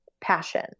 passion